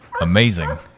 Amazing